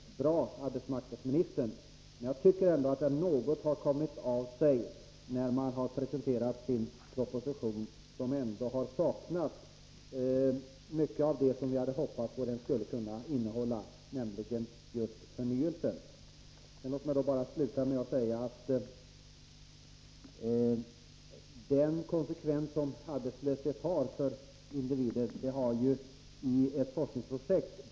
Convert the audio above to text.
Bra, arbetsmarknadsministern! Men jag tycker att förnyelsen något har kommit av sig. I den proposition som nu har presenterats saknas ändå mycket av det som vi hade hoppats att den skulle innehålla, nämligen just åtgärder för förnyelse. Låt mig avsluta med att säga att arbetslöshetens konsekvenser för individerna har belysts i ett forskningsprojekt.